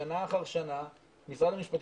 הבעיה היא ששנה אחר שנה משרד המשפטים